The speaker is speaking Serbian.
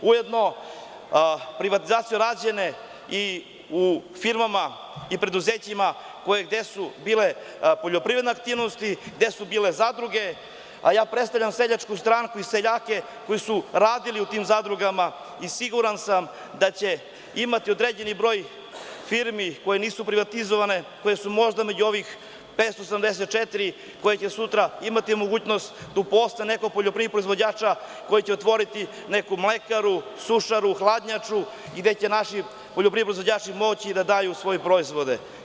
Ujedno, privatizacije rađene i u firmama i preduzećima gde su bile poljoprivredne aktivnosti, gde su bile zadruge, a ja predstavljam seljačku stranku i seljake koji su radili u tim zadrugama i siguran sam da će imati određeni broj firmi koje nisu privatizovane, koje su možda među ovih 584, koje će sutra imati mogućnost da uposle nekog poljoprivrednog proizvođača koji će otvoriti neku mlekaru, sušaru, hladnjaču i gde će naši poljoprivredni proizvođači moći da daju svoje proizvode.